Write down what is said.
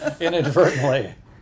Inadvertently